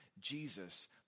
Jesus